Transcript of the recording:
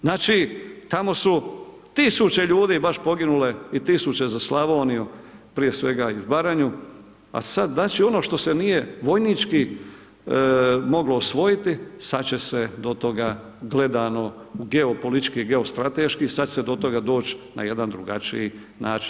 Znači, tamo su tisuće ljudi baš poginule, i tisuće za Slavoniju prije svega, i Baranju, a sad znači ono što se nije vojnički moglo osvojiti, sad će se do toga, gledano u geopolitički, geostrateški, sad će se do toga doć' na jedan drugačiji način.